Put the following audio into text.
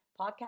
podcast